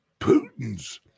Putin's